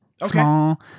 Small